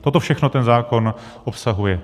Toto všechno ten zákon obsahuje.